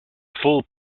full